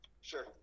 Sure